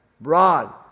Broad